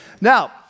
Now